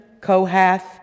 Kohath